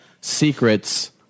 Secrets